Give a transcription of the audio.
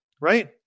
right